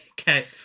okay